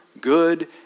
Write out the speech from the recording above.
good